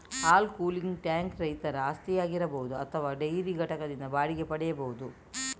ಹಾಲು cooling tank ರೈತರ ಆಸ್ತಿಯಾಗಿರಬಹುದು ಅಥವಾ ಡೈರಿ ಘಟಕದಿಂದ ಬಾಡಿಗೆಗೆ ಪಡೆಯಬಹುದು